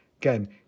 Again